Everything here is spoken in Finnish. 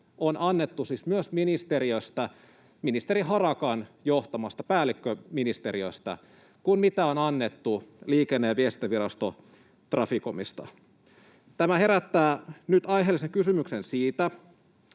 ministeriöstä, ministeri Harakan johtamasta päällikköministeriöstä, on annettu tätä samaa ohjeistusta, jota on annettu Liikenne- ja viestintävirasto Traficomista. Tämä herättää nyt aiheellisen kysymyksen siitä,